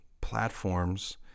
platforms